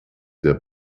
der